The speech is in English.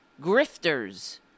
grifters